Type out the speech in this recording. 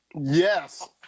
yes